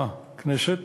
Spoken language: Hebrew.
בכנסת.